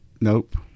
Nope